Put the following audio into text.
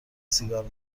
سیگار